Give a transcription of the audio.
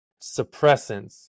suppressants